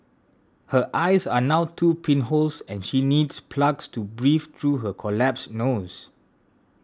her eyes are now two pinholes and she needs plugs to breathe through her collapsed nose